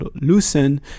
loosen